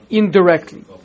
indirectly